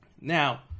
Now